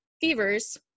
fevers